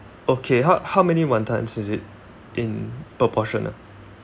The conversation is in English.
okay ho~ how many wontons is it in per portion ah